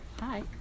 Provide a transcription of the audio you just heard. Hi